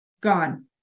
gone